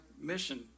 mission